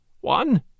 One